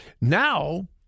Now